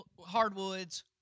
hardwoods